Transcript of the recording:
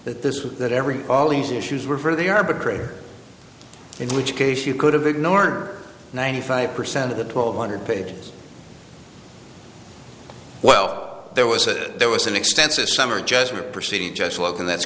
that this was that every all these issues were for the arbitrator in which case you could have ignored ninety five percent of the twelve hundred pages well there was that there was an extensive summary judgment proceed just walk in that's